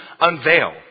unveil